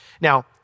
Now